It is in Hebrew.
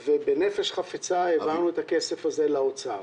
ובנפש חפצה העברנו את הכסף הזה לאוצר.